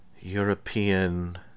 European